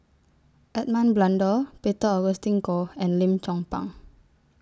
Edmund Blundell Peter Augustine Goh and Lim Chong Pang